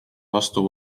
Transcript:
vastu